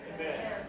Amen